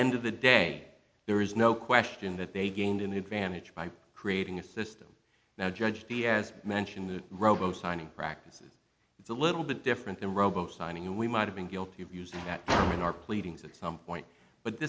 end of the day there is no question that they gained in advantage by creating a system now judge diaz mention the robo signing practices it's a little bit different than robo signing and we might have been guilty of using that in our pleadings at some point but